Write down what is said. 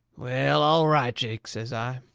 well, all right, jake, says i,